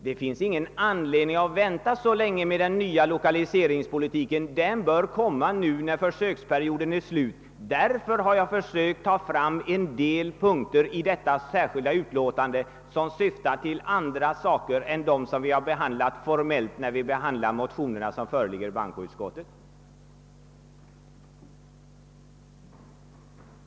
Det finns ingen anledning att vänta så länge med den nya lokaliseringspolitiken, utan den bör påbörjas när försöksperioden är slut. Jag har därför i mitt särskilda yttrande berört även vissa andra frågor än dem som tas upp i de motioner som har behandlats formellt inom bankoutskottet.